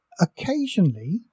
occasionally